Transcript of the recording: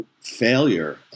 failure